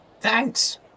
Thanks